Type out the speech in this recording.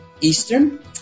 Eastern